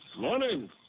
Morning